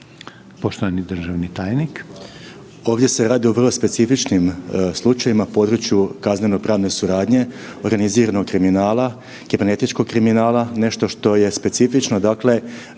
Josip (HDSSB)** Ovdje se radi o vrlo specifičnim slučajevima u području kaznenopravne suradnje, organiziranog kriminala, kibernetičkog kriminala nešto što je specifično. Dakle,